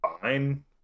fine